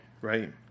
right